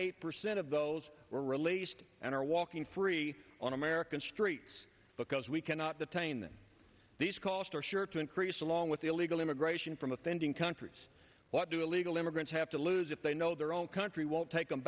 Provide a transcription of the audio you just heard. eight percent of those were released and are walking free on american streets because we cannot detain these costs are sure to increase along with the illegal immigration from offending countries what do illegal immigrants have to lose if they know their own country won't take them